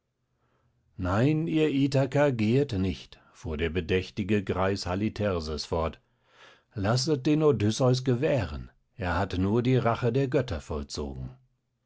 nein ihr ithaker gehet nicht fuhr der bedächtige greis halitherses fort lasset den odysseus gewähren er hat nur die rache der götter vollzogen